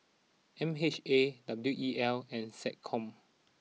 M H A W E L and SecCom